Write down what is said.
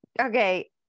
Okay